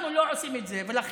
אנחנו לא עושים את זה ולכן,